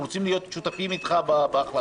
רוצים להיות שותפים אתך בהחלטות.